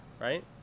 right